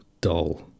Dull